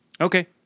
Okay